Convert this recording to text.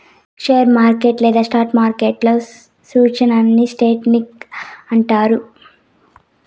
share market లేదా stock మార్కెట్లో సూచీలని సెన్సెక్స్ నిఫ్టీ అంటారు